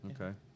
Okay